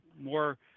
more